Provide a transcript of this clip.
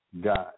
God